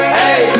hey